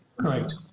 Correct